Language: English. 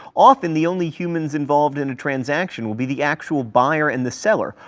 often the only humans involved in a transaction will be the actual buyer and the seller.